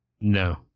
No